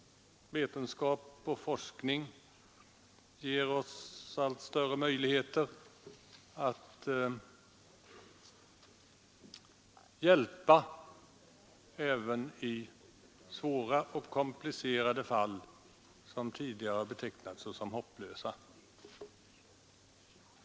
Och vi vet att vetenskap och forskning ger oss allt större möjligheter att hjälpa även i svåra och komplicerade fall som tidigare betecknats såsom hopplösa.